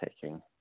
taking